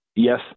Yes